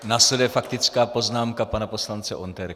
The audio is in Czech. Následuje faktická poznámka pana poslance Onderky.